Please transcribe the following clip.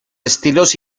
estilos